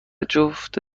جفت